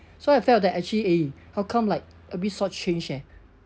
so I felt that actually eh how come like a bit short change eh